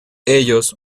ellos